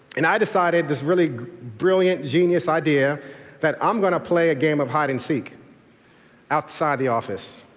and i decided this really brilliant, genius idea that i'm going to play a game of hide and seek outside the office.